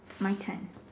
my turn